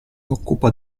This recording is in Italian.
occupa